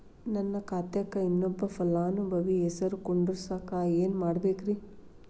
ನನ್ನ ಖಾತೆಕ್ ಇನ್ನೊಬ್ಬ ಫಲಾನುಭವಿ ಹೆಸರು ಕುಂಡರಸಾಕ ಏನ್ ಮಾಡ್ಬೇಕ್ರಿ?